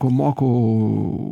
ko mokau